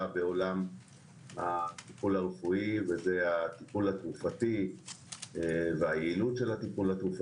בעולם הטיפול הרפואי והטיפול התרופתי והיעילות שלו.